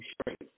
straight